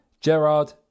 Gerard